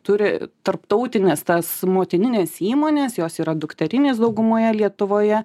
turi tarptautines tas motinines įmones jos yra dukterinės daugumoje lietuvoje